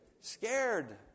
scared